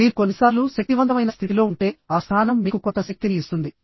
మీరు కొన్నిసార్లు శక్తివంతమైన స్థితిలో ఉంటే ఆ స్థానం మీకు కొంత శక్తిని ఇస్తుంది